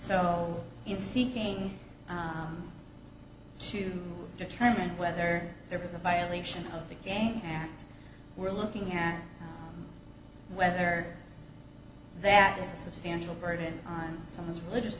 so in seeking to determine whether there was a violation of the game and we're looking at whether that is a substantial burden on someone's religious